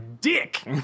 dick